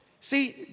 See